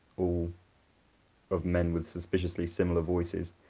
all of men with suspiciously similar voices,